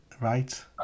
Right